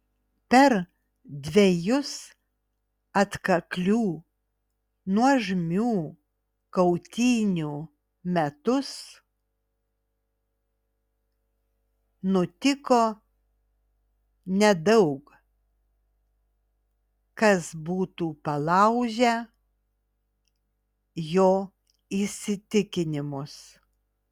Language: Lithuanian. per dvejus atkaklių nuožmių kautynių metus nutiko nedaug kas būtų palaužę jo įsitikinimus